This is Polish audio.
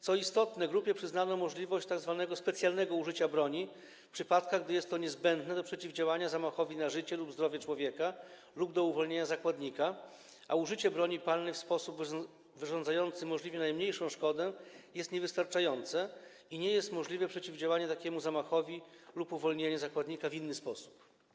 Co istotne, grupie przyznano możliwość tzw. specjalnego użycia broni w przypadkach, gdy jest to niezbędne do przeciwdziałania zamachowi na życie lub zdrowie człowieka lub do uwolnienia zakładnika, a użycie broni palnej w sposób wyrządzający możliwie najmniejszą szkodę jest niewystarczające i nie jest możliwe przeciwdziałanie takiemu zamachowi lub uwolnienie zakładnika w inny sposób.